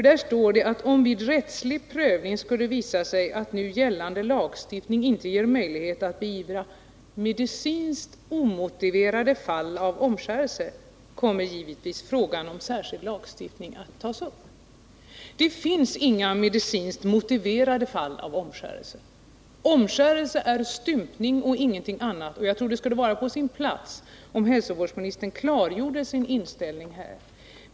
Där står det: ”Om det vid rättslig prövning skulle visa sig, att nu gällande lagstiftning inte ger möjlighet att beivra medicinskt omotiverade fall av omskärelse, kommer givetvis frågan om särskild lagstiftning att tas upp.” Det finns inga medicinskt motiverade fall av omskärelse! Omskärelse är stympning och ingenting annat, och jag tror det skulle vara på sin plats, om hälsoministern klargjorde sin inställning här.